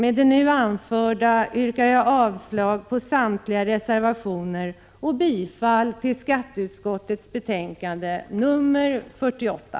Med det nu anförda yrkar jag avslag på samtliga reservationer och bifall till skatteutskottets hemställan i betänkande 48.